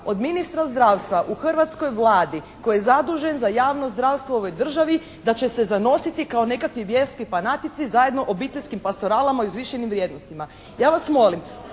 od ministra zdravstva u hrvatskoj Vladi koji je zadužen za javno zdravstvo u ovoj državi da će se zanositi kao nekakvi vjerski fanatici zajedno obiteljskim pastoralama i uzvišenim vrijednostima. Ja vas molim